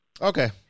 Okay